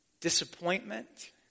disappointment